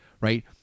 right